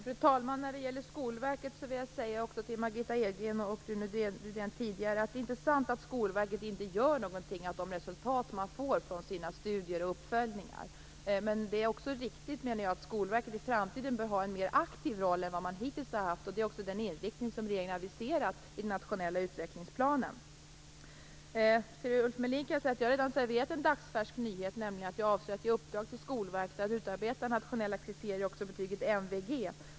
Fru talman! Vad gäller Skolverket vill jag säga också till Margitta Edgren och Rune Rydén att det inte är sant att Skolverket inte gör någonting av de resultat man får från sina studier och uppföljningar. Det är ändå riktigt att Skolverket i framtiden bör ha en mer aktiv roll än vad man hittills har haft, och det är också den inriktning som regeringen har aviserat i den nationella utvecklingsplanen. Till Ulf Melin kan jag säga att jag redan har serverat en dagsfärsk nyhet, nämligen att jag avser att ge Skolverket i uppdrag att utarbeta nationella kriterier också för betyget MVG.